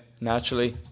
naturally